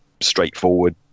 straightforward